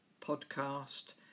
podcast